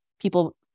people